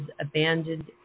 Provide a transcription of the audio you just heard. abandoned